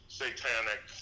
satanic